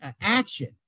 action